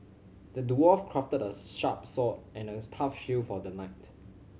the dwarf crafted a sharp sword and a tough shield for the knight